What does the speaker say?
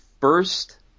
first